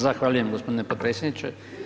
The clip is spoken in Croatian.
Zahvaljujem gospodine potpredsjedniče.